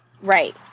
Right